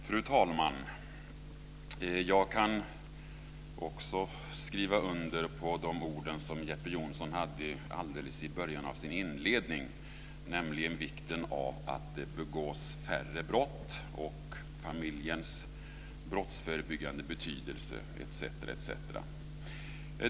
Fru talman! Jag kan skriva under på Jeppe Jonssons inledande ord om vikten av att det begås färre brott, om familjens brottsförebyggande betydelse etc.